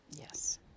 Yes